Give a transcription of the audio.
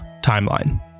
timeline